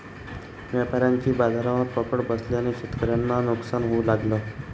व्यापाऱ्यांची बाजारावर पकड बसल्याने शेतकऱ्यांना नुकसान होऊ लागलं